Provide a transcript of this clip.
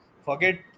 forget